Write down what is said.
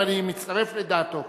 ואני מצטרף לדעתו,